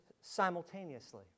simultaneously